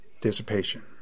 dissipation